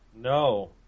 No